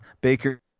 Baker